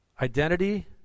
Identity